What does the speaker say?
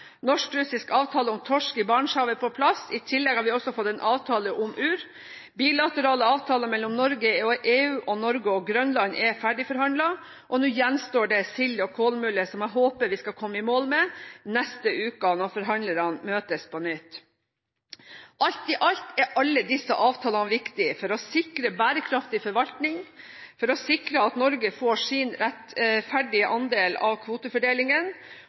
Norsk-russisk avtale om torsk i Barentshavet er på plass. I tillegg har vi også fått en avtale om uer. Bilaterale avtaler mellom Norge og EU og Norge og Grønland er ferdigforhandlet, og nå gjenstår sild og kolmule, som jeg håper vi skal komme i mål med neste uke når forhandlerne møtes på nytt. Alt i alt er alle disse avtalene viktige for å sikre bærekraftig forvaltning, for å sikre at Norge får sin rettferdige andel av kvotefordelingen,